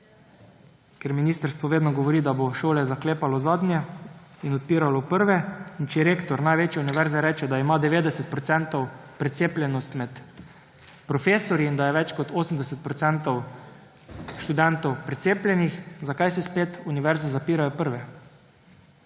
ker ministrstvo vedno govori, da bo šole zaklepalo zadnje in odpiralo prve, in če rektor največje univerze reče, da ima 90-odstotno precepljenost med profesorji in je več kot 80 odstotkov študentov precepljenih, zakaj se spet univerze zapirajo prve?